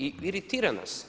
I iritira nas.